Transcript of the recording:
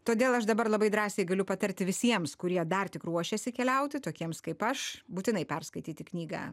todėl aš dabar labai drąsiai galiu patarti visiems kurie dar tik ruošiasi keliauti tokiems kaip aš būtinai perskaityti knygą